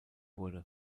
wurde